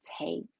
take